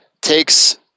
takes